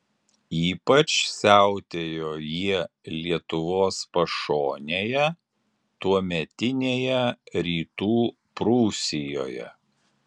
ypač siautėjo jie lietuvos pašonėje tuometinėje rytų prūsijoje